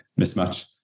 mismatch